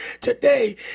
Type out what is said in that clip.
today